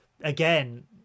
again